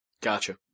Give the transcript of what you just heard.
Gotcha